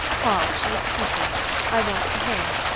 hark, she is speaking i want to hear,